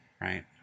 right